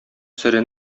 сере